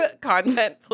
content